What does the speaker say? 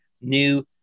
new